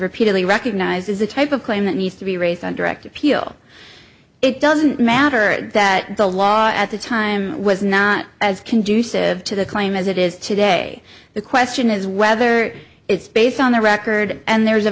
repeatedly recognized as the type of claim that needs to be raised on direct appeal it doesn't matter that the law at the time was not as conducive to the claim as it is today the question is whether it's based on the record and there